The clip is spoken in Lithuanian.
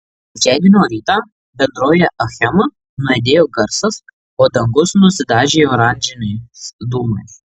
trečiadienio rytą bendrovėje achema nuaidėjo garsas o dangus nusidažė oranžiniais dūmais